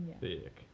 Thick